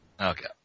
Okay